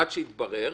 עד שיתברר.